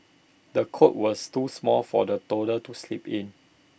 the cot was too small for the toddler to sleep in